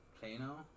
Plano